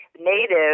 native